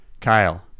kyle